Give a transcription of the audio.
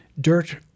Dirt